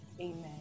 Amen